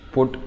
Put